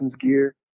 gear